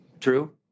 True